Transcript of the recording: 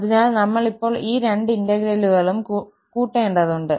അതിനാൽ നമ്മൾ ഇപ്പോൾ ഈ രണ്ട് ഇന്റഗ്രലുകളും കണക്കുകൂട്ടേണ്ടതുണ്ട്